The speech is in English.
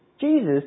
Jesus